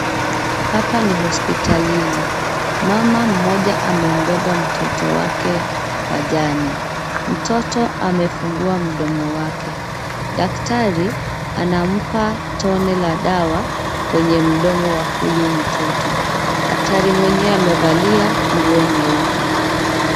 Hapa ni hospitalini. Mama mmoja amembeba mtoto wake pajani. Mtoto amefungua mdomo wake. Daktari anampa tone la dawa kwenye mdomo wa huyu mtoto. Daktari mwenyewe amevalia nguo nyeupe.